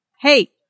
Hey